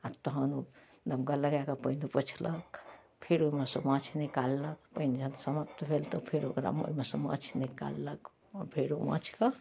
आ तहन ओ दमकल लगा कऽ पानि ऊपछलक फेर ओहिमे सँ माँछ निकाललक पानि जहन समाप्त भेल तऽ फेर ओकरा ओहिमे सँ माँछ निकाललक आ फेर ओ माँछके